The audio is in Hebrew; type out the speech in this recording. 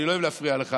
אני לא אוהב להפריע לך,